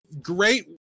great